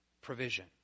provision